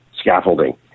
scaffolding